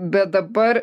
bet dabar